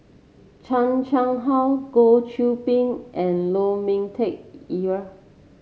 Chan Chang How Goh Qiu Bin and Lu Ming Teh ear